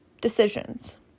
decisions